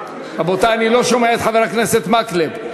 רבותי, אני לא שומע את חבר הכנסת מקלב.